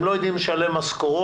הם לא יודעים לשלם משכורות.